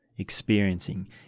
Experiencing